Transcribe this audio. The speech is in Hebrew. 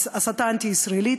הסתה אנטי-ישראלית,